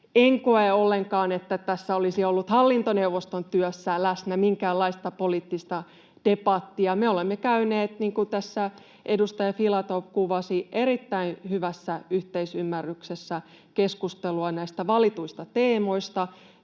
En koe ollenkaan, että tässä olisi ollut hallintoneuvoston työssä läsnä minkäänlaista poliittista debattia. Me olemme käyneet, niin kuin tässä edustaja Filatov kuvasi, erittäin hyvässä yhteisymmärryksessä keskustelua näistä valituista teemoista,